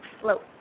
float